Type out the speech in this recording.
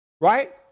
Right